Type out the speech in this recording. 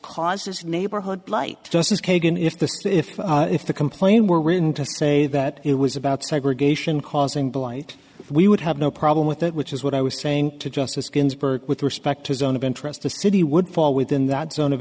causes neighborhood blight justice kagan if the if if the complaint were written to say that it was about segregation causing blight we would have no problem with it which is what i was saying to justice ginsburg with respect to zone of interest the city would fall within that zone of